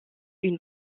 une